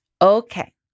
Okay